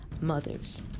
mothers